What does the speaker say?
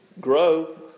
grow